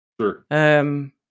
Sure